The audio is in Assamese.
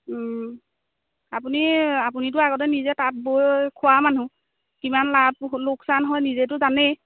আপুনি আপুনিটো আগতে নিজে তাঁত বৈ খোৱা মানুহ কিমান লাভ লোকচান হয় নিজেতো জানেই